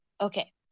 Okay